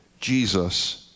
Jesus